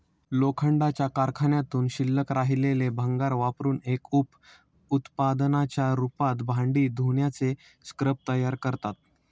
लोखंडाच्या कारखान्यातून शिल्लक राहिलेले भंगार वापरुन एक उप उत्पादनाच्या रूपात भांडी धुण्याचे स्क्रब तयार करतात